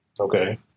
okay